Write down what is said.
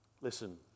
Listen